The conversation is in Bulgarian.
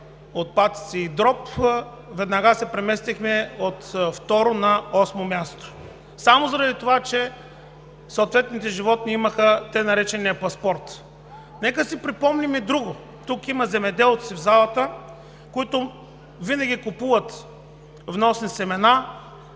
от патици и дроб, веднага се преместихме от второ на осмо място само заради това, че съответните животни имаха така наречения паспорт. Нека си припомним и друго. В залата има земеделци, които винаги купуват вносни семена,